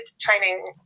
training